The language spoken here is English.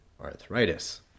arthritis